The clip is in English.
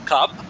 Cup